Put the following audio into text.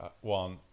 one